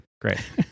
Great